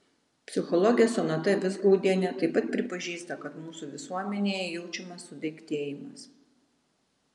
psichologė sonata vizgaudienė taip pat pripažįsta kad mūsų visuomenėje jaučiamas sudaiktėjimas